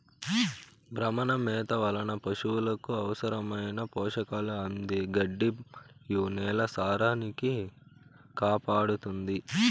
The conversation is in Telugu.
భ్రమణ మేత వలన పసులకు అవసరమైన పోషకాలు అంది గడ్డి మరియు నేల సారాన్నికాపాడుతుంది